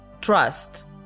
trust